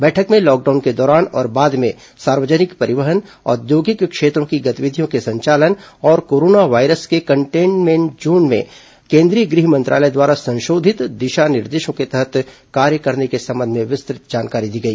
बैठक में लॉकडाउन के दौरान और बाद में सार्वजनिक परिवहन औद्योगिक क्षेत्रों की गतिविधियों के संचालन और कोरोना वायरस के कन्टेनमेंट जोन में केंद्रीय गृह मंत्रालय द्वारा संशोधित दिशा निर्देश के तहत कार्य करने के संबंध में विस्तृत जानकारी दी गई